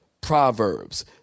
Proverbs